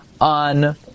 on